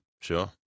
Sure